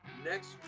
next